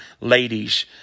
ladies